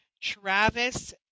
Travis